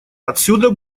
отсюда